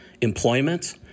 employment